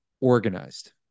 organized